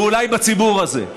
ואולי בציבור הזה.